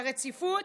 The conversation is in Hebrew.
הרציפות?